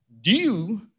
due